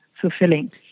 fulfilling